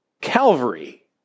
Calvary